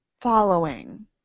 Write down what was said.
following